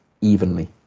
evenly